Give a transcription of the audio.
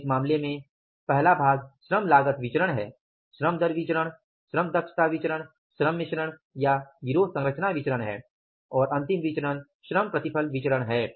तो इस मामले में पहले भाग श्रम लागत विचरण है श्रम दर विचरण श्रम दक्षता विचरण श्रम मिश्रण या गिरोह संरचना विचरण है और अंतिम विचरण श्रम प्रतिफल विचरण है